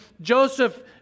Joseph